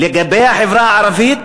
לגבי החברה הערבית,